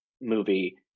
movie